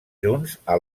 junta